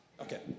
Okay